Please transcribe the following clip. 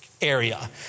area